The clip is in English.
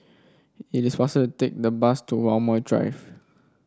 it is faster take the bus to Walmer Drive